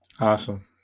Awesome